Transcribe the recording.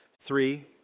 Three